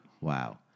Wow